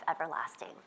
everlasting